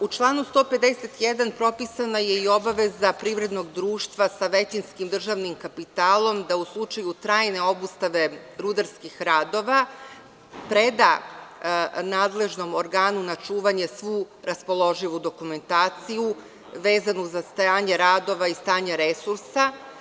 U članu 151. propisana je i obaveza privrednog društva sa većinskim državnim kapitalom da u slučaju trajne obustave rudarskih radova preda nadležnom organu na čuvanje svu raspoloživu dokumentaciju vezanu za stanje radova i stanje resursa.